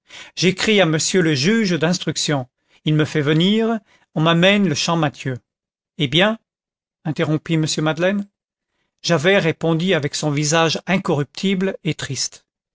j'écris à monsieur le juge d'instruction il me fait venir on m'amène le champmathieu eh bien interrompit m madeleine javert répondit avec son visage incorruptible et triste